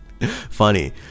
Funny